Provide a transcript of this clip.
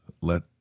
let